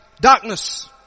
darkness